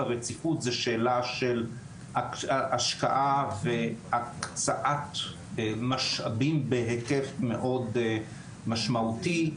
הרציפות היא שאלה של השקעה והקצאת משאבים בהיקף מאוד משמעותי.